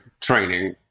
training